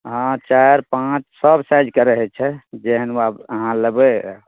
हँ चारि पाँच सब साइजके रहै छै जेहन बा ब अहाँ लेबै